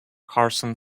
carson